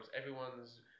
everyone's